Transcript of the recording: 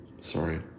sorry